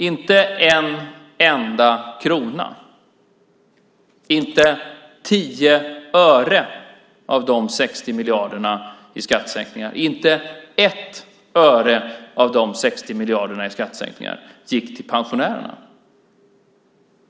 Inte en enda krona, inte 10 öre, inte ett öre av de 60 miljarderna i skattesänkningar gick till pensionärerna.